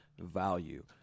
value